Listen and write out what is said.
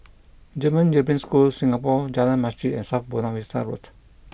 German European School Singapore Jalan Masjid and South Buona Vista Road